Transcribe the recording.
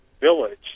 village